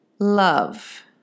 love